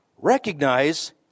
recognize